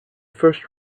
first